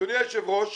אדוני היושב-ראש,